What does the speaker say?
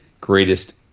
greatest